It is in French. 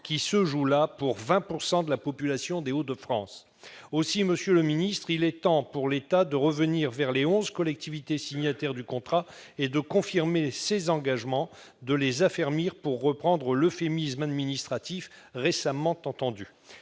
qui se joue là, pour 20 % de la population des Hauts-de-France. Aussi, monsieur le ministre, il est temps pour l'État de revenir vers les onze collectivités signataires du contrat et de confirmer ses engagements, de les « affermir », pour reprendre l'euphémisme administratif récemment entendu.